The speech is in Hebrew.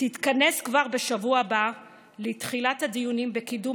תתכנס כבר בשבוע הבא לתחילת הדיונים בקידום